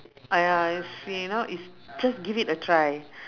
!aiya! it's s~ you know just give it a try